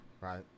right